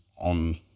on